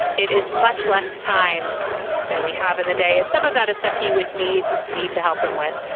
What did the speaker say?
it is much less time than we have in a day, and some of that is stuff he would need me to help him with.